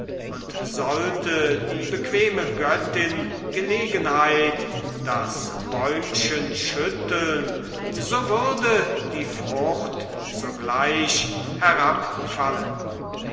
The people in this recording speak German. und sollte die bequeme göttin gelegenheit das bäumchen schütteln so würde die frucht sogleich herabfallen